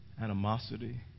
animosity